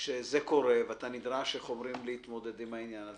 כשזה קורה ואתה נדרש להתמודד עם העניין הזה